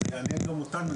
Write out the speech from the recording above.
זה יעניין גם אותנו.